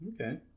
Okay